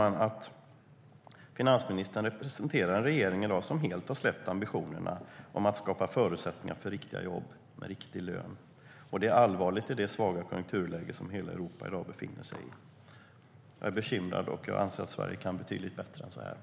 Faktum är att finansministern representerar i dag en regering som helt har släppt ambitionerna om att skapa förutsättningar för riktiga jobb med riktig lön. Det är allvarligt i det svaga konjunkturläge som hela Europa i dag befinner sig i. Jag är bekymrad, och jag anser att Sverige kan betydligt bättre än så här.